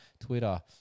Twitter